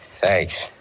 Thanks